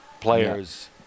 players